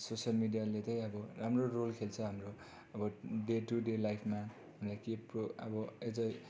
social मिडियाले चाहिँ अब राम्रो रोल खेल्छ हाम्रो अब डे टू डे लाइफमा होइन कि प्रो अब एज ए